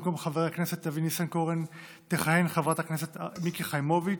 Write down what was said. במקום חבר הכנסת אבי ניסנקורן תכהן חברת הכנסת מיקי חיימוביץ',